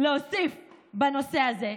להוסיף בנושא הזה,